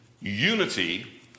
Unity